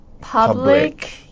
Public